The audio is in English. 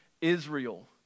Israel